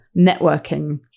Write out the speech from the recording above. networking